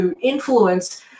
influence